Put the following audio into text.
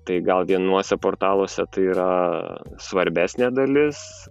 tai gal vienuose portaluose tai yra svarbesnė dalis